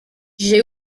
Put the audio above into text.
j’ai